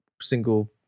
single